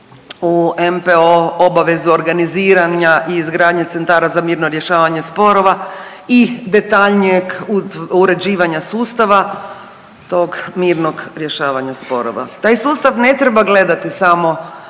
u NPOO obavezu organiziranja i izgradnje centara za mirno rješavanje sporova i detaljnijeg uređivanja sustava tog mirnog rješavanja sporova. Taj sustav ne treba gledati samo